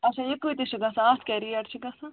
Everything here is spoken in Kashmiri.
اچھا یہِ کٕتِس چھُ گَژھان اَتھ کیاہ ریٹ چھِ گَژھان